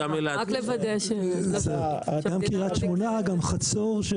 גם קריית שמונה, גם חצור.